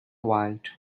white